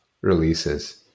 releases